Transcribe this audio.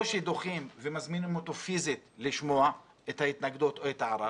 או שדוחים ומזמינים אותו פיסית לשמוע את ההתנגדות או את הערר,